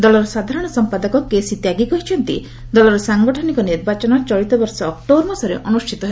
ଦଳର ସାଧାରଣ ସମ୍ପାଦକ କେସି ତ୍ୟାଗୀ କହିଛନ୍ତି ଦଳର ସାଙ୍ଗଠନିକ ନିର୍ବାଚନ ଚଳିତ ବର୍ଷ ଅକ୍ଟୋବର ମାସରେ ଅନୁଷ୍ଠିତ ହେବ